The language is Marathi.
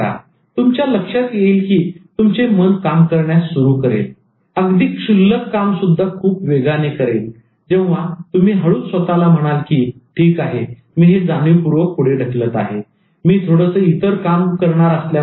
आता तुमच्या लक्षात येईल की तुमचे मन काम करण्यास सुरू करेल अगदी क्षूल्लक काम सुद्धा खूप वेगाने करेल जेव्हा तुम्ही हळूच स्वतःला म्हणाल की ठीक आहे मी हे जाणीवपूर्वक पुढे ढकलत आहे परंतु मी थोडसं इतर काम करणार असल्यामुळे